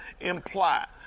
imply